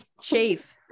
chief